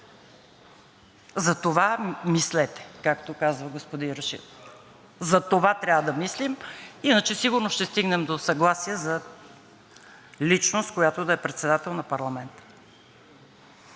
Затова мислете, както каза господин Рашидов. Затова трябва да мислим и сигурно ще стигнем до съгласие за личност, която да е председател на парламента.